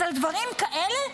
אז על דברים כאלה?